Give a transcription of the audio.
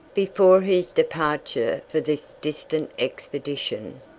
before his departure for this distant expedition,